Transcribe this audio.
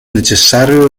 necessario